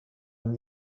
amb